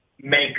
make